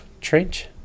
Tranche